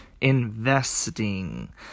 investing